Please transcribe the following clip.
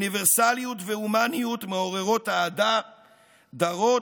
אוניברסליות והומניות מעוררות אהדה דרות